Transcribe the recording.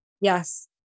Yes